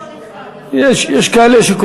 יש לי שם.